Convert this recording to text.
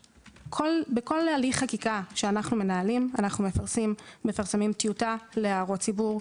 בכל הליך חקיקה שאנחנו מנהלים אנחנו מפרסמים טיוטה להערות ציבור.